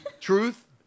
Truth